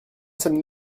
sommes